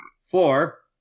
four